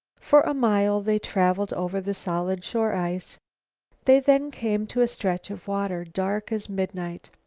for a mile they traveled over the solid shore-ice. they then came to a stretch of water, dark as midnight.